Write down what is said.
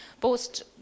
post